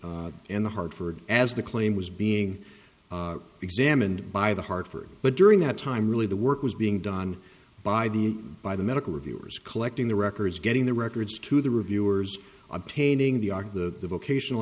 chael and in the hartford as the claim was being examined by the hartford but during that time really the work was being done by the by the medical reviewers collecting the records getting the records to the reviewers obtaining the the occasional